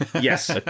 Yes